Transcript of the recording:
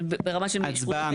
אבל, ברמה של --- הצבעה.